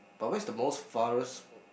but where is the most farthest